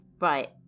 right